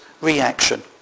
reaction